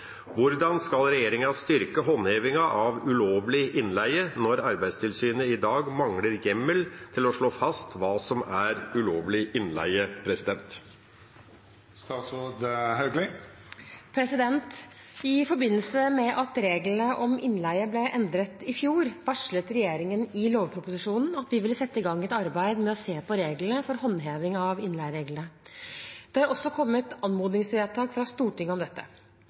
Hvordan skal regjeringen styrke håndhevingen av ulovlig innleie når Arbeidstilsynet i dag mangler hjemmel til å slå fast hva som er ulovlig innleie?» I forbindelse med at reglene om innleie ble endret i fjor, varslet regjeringen i lovproposisjonen at vi ville sette i gang et arbeid med å se på reglene for håndheving av innleiereglene. Det har også kommet anmodningsvedtak fra Stortinget om dette.